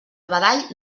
badall